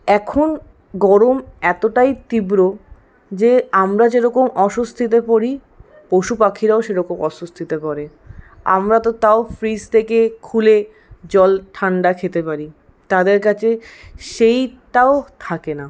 এখন গরম এতটাই তীব্র যে আমরা যেরকম অস্বস্তিতে পড়ি পশুপাখিরাও সেরকম অস্বস্তিতে পড়ে আমরা তো তাও ফ্রিজ থেকে খুলে জল ঠাণ্ডা খেতে পারি তাদের কাছে সেইটাও থাকে না